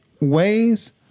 ways